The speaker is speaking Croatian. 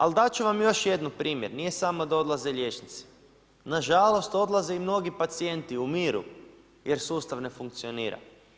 Ali dati ću vam još jedan primjer, nije samo da odlaze liječnici, nažalost odlaze i mnogi pacijenti, umiru, jer sustav ne funkcionira.